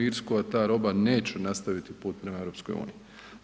Irsku a ta roba neće nastaviti put prema EU-u.